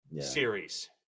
Series